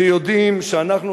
שיודעים שאנחנו,